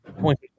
point